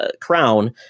crown